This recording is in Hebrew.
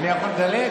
אני יכול לדלג?